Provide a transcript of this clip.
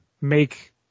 make –